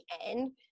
end